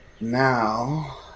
Now